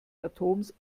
atoms